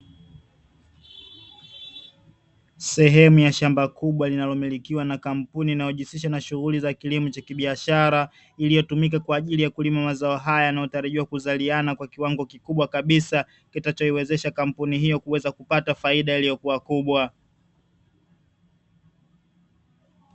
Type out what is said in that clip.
Sehemu ya shamba kubwa linalo milikiwa na kampuni inayojihusisha na shughuli cha kilimo cha kibiashara iliyotumika kwa ajili ya kulima mazao haya; yanayotarajiwa kuzaliana kwa kiwango kikubwa kabisa kitakacho iwezesha kampuni yao kupata faida iliyokuwa kubwa.